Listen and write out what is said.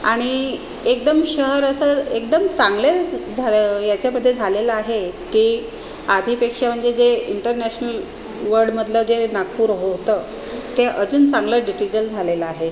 आणि एकदम शहर असं एकदम चांगले झाले याच्यामध्ये झालेलं आहे की आधीपेक्षा म्हणजे जे इंटरनॅशनल वर्ल्डमधलं जे नागपूर होतं ते अजून चांगलं डिजिटल झालेलं आहे